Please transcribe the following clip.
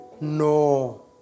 no